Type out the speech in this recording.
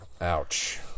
Ouch